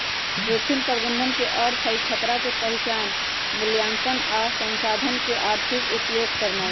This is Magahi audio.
जोखिम प्रबंधन के अर्थ हई खतरा के पहिचान, मुलायंकन आ संसाधन के आर्थिक उपयोग करनाइ